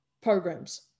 programs